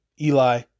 Eli